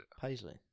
Paisley